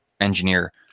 engineer